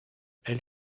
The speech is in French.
elle